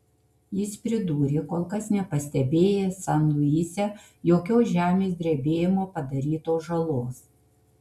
jis pridūrė kol kas nepastebėjęs san luise jokios žemės drebėjimo padarytos žalos